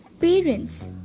parents